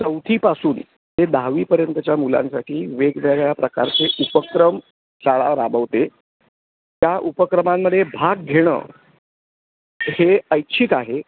चौथीपासून ते दहावीपर्यंतच्या मुलांसाठी वेगवेगळ्या प्रकारचे उपक्रम शाळा राबवते त्या उपक्रमांमध्ये भाग घेणं हे ऐच्छिक आहे